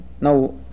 Now